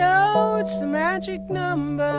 oh, it's the magic number. and